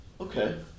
Okay